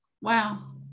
Wow